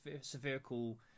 spherical